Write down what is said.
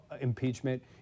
impeachment